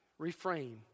Reframe